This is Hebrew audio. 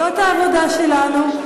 זאת העבודה שלנו.